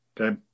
Okay